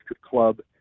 club